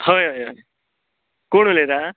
हय हय हय कोण उलयता